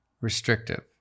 restrictive